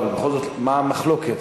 אבל בכל זאת, מה המחלוקת?